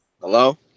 Hello